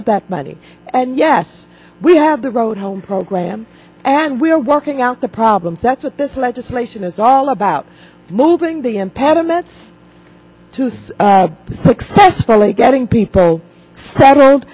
of that money and yes we have the road home program and we are working out the problems that's what this legislation is all about moving the impediments to things successfully getting people settled